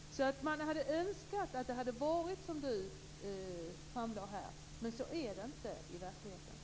Man skulle alltså ha önskat att det hade varit som Yilmaz Kerimo sade här, men så är det inte i verkligheten.